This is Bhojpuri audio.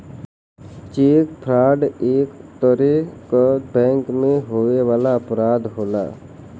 चेक फ्रॉड एक तरे क बैंक में होए वाला अपराध होला